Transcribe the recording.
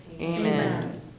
Amen